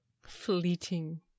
Fleeting